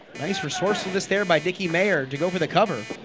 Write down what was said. nice resourcefulness there by dicky mayer to go for the cover